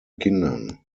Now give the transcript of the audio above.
kindern